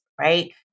right